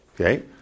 Okay